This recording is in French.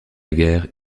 guerre